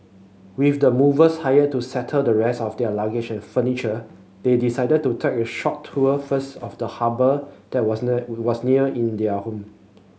with the movers hired to settle the rest of their luggage and furniture they decided to take a short tour first of the harbour that was was near in their home